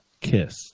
kiss